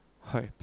hope